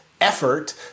effort